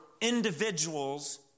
individuals